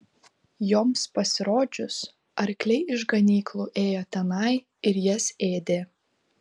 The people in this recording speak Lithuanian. joms pasirodžius arkliai iš ganyklų ėjo tenai ir jas ėdė